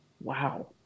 Wow